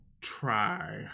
try